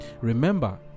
Remember